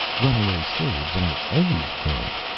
runaway slaves are always killed.